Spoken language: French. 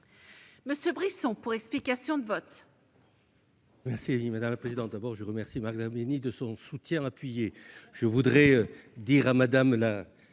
M. Max Brisson, pour explication de vote.